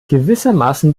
gewissermaßen